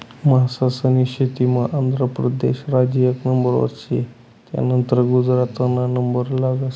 मासास्नी शेतीमा आंध्र परदेस राज्य एक नंबरवर शे, त्यानंतर गुजरातना नंबर लागस